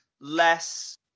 less